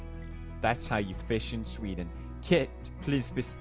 that's how you fish in sweden kit, please be